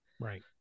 right